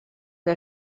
que